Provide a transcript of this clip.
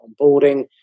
onboarding